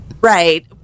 right